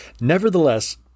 Nevertheless